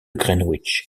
greenwich